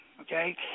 okay